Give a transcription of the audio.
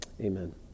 Amen